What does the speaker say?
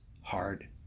hard